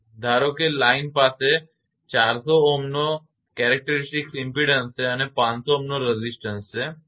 ધારો કે લાઇન પાસે 400 Ω નો લાક્ષણિક ઇમપેડન્સ છે અને 500 Ω નો રેઝિસ્ટન્સ છે બરાબર